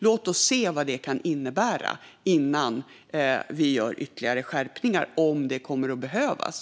Låt oss se vad de kommer att innebära innan vi gör fler skärpningar, om sådana ens kommer att behövas.